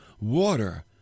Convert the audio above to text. Water